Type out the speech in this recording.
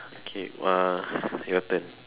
okay uh your turn